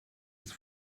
ist